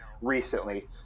recently